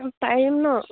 পাৰিম ন